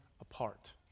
apart